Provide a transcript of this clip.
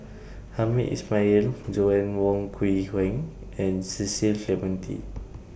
Hamed Ismail Joanna Wong Quee Heng and Cecil Clementi